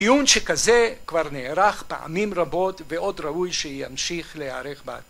עיון שכזה כבר נערך פעמים רבות ועוד ראוי שימשיך להערך בעתיד